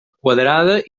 quadrada